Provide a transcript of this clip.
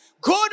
good